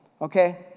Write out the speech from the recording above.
okay